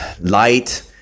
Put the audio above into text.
light